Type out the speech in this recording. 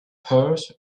purse